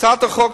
הצעת החוק,